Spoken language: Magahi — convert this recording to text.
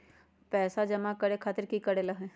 पैसा जमा करे खातीर की करेला होई?